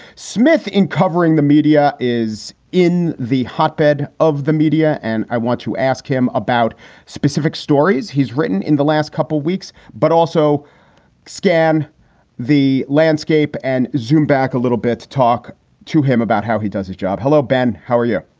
smith, in covering the media, is in the hotbed of the media, and i want to ask him about specific stories he's written in the last couple of weeks, but also scan the landscape and zoom back a little bit to talk to him about how he does his job. hello, ben. how are you?